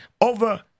over